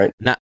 right